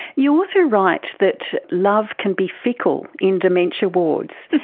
you also writes that love can be fickle in dementia wards.